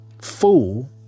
fool